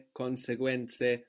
conseguenze